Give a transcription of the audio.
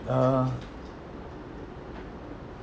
uh